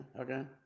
Okay